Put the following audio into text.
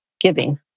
giving